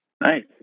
Nice